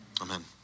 Amen